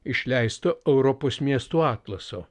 išleisto europos miestų atlaso